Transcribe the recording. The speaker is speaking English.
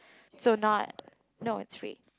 so not no it's free